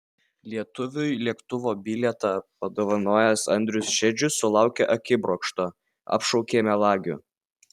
lietuviui lėktuvo bilietą namo padovanojęs andrius šedžius sulaukė akibrokšto apšaukė melagiu